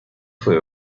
fue